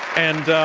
and,